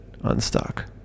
unstuck